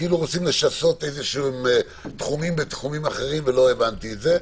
כאילו רוצים לשסות איזשהם תחומים בתחומים אחרים ולא הבנתי את זה.